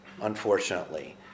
unfortunately